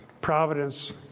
Providence